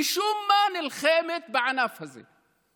משום מה נלחמת בענף הזה.